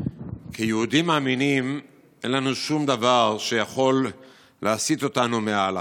כיהודים מאמינים אין לנו שום דבר שיכול להסיט אותנו מההלכה.